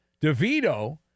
DeVito